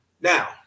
Now